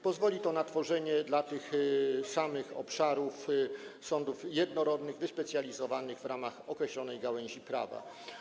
Pozwoli to na tworzenie dla tych samych obszarów sądów jednorodnych, wyspecjalizowanych w ramach określonej gałęzi prawa.